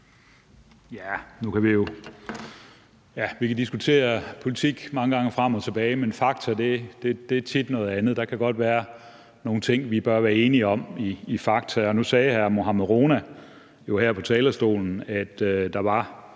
Vi kan diskutere politik mange gange og frem og tilbage, men fakta er tit noget andet. Der kan godt være nogle ting, vi bør være enige om i forhold til fakta, og nu sagde hr. Mohammad Rona jo her på talerstolen, at der var